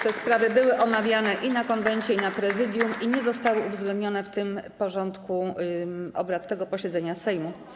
Te sprawy były omawiane i na Konwencie, i na Prezydium i nie zostały uwzględnione w porządku obrad tego posiedzenia Sejmu.